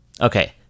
Okay